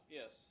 yes